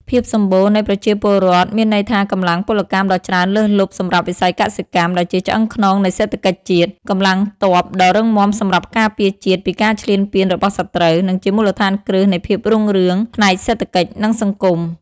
ភាពសម្បូរនៃប្រជាពលរដ្ឋមានន័យថាកម្លាំងពលកម្មដ៏ច្រើនលើសលប់សម្រាប់វិស័យកសិកម្ម ដែលជាឆ្អឹងខ្នងនៃសេដ្ឋកិច្ចជាតិ កម្លាំងទ័ពដ៏រឹងមាំសម្រាប់ការពារជាតិពីការឈ្លានពានរបស់សត្រូវ និងជាមូលដ្ឋានគ្រឹះនៃភាពរុងរឿងផ្នែកសេដ្ឋកិច្ច និងសង្គម។